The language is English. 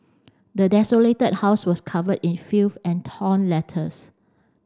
the desolated house was covered in filth and torn letters